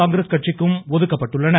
காங்கிரஸ் கட்சிக்கும் ஒதுக்கப்பட்டுள்ளன